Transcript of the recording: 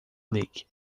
ligue